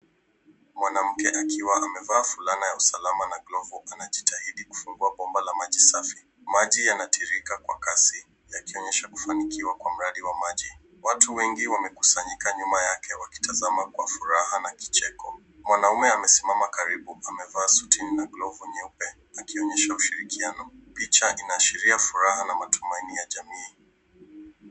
Mwanamke akiwa amevaa fulana ya usalama na glovu anajitahidi kufungua bomba la maji safi. Maji yanatiririka kwa kasi yakionyesha kufanikiwa kwa mradi wa maji. Watu wengi wamekusanyika nyuma yake wakitazama kwa furaha na kicheko, mwanaume amesimama karibu amevaa suti na glovu nyeupe akionyesha ushirikiano, piacha inaashiria furaha na matumaini ya jamii.